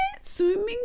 Swimming